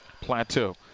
plateau